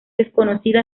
desconocida